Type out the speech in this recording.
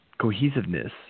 cohesiveness